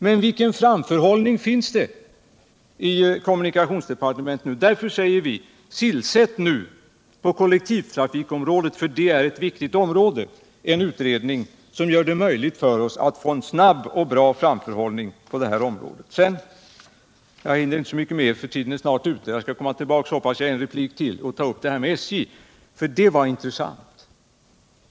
Men vilken framförhållning finns i kommunikationsdepartementet nu? Vi säger därför: Tillsätt nu på kollektivtrafikområdet — det är ett viktigt område — en beredning som gör det möjligt att få en snabb och bra framförhållning! Jag hinner inte så mycket mer nu eftersom tiden snart är ute, men jag hoppas att kunna komma tillbaka i ytterligare en replik för att ta upp SJ, för det är intressant.